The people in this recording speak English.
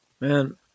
Man